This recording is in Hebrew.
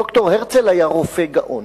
ד"ר הרצל היה רופא גאון.